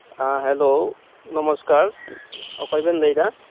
ᱦᱮᱸ ᱦᱮᱞᱳ ᱱᱚᱢᱚᱥᱠᱟᱨ ᱚᱠᱚᱭᱵᱮᱱ ᱞᱟᱹᱭᱫᱟ